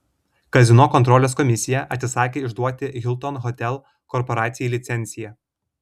kazino kontrolės komisija atsisakė išduoti hilton hotel korporacijai licenciją